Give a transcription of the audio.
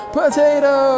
potato